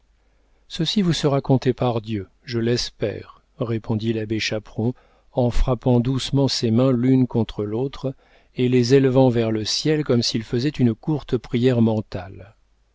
ceci vous sera compté par dieu je l'espère répondit l'abbé chaperon en frappant doucement ses mains l'une contre l'autre et les élevant vers le ciel comme s'il faisait une courte prière mentale